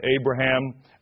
Abraham